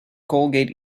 colgate